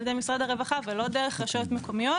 ידי משרד הרווחה ולא דרך רשויות מקומיות.